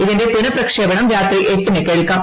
ഇതിന്റെ പുനപ്പ്രക്ഷ്പണം രാത്രി എട്ടിന് കേൾക്കാം